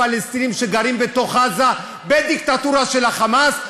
פלסטינים שגרים בתוך עזה בדיקטטורה של ה"חמאס",